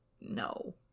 no